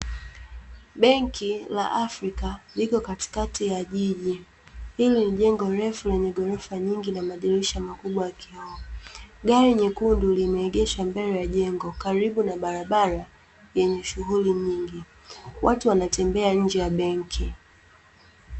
Benki la Afrika lipo katikati ya jiji. Hili ni jengo refu lenye ghorofa nyingi na madirisha makubwa ya kioo. Gari nyekundu limeegeshwa mbele ya jengo, karibu na barabara yenye shughuli nyingi. Watu wanatembea nje ya benki.